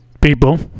People